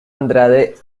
andrade